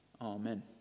Amen